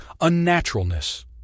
unnaturalness